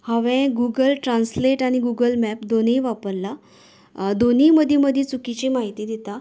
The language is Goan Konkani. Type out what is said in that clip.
हांवें गुगल ट्रांन्सलेट आनी गुगल मेप दोनूय वापरला दोनीय मदीं मदीं चुकीची म्हायती दिता